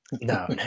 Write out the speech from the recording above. No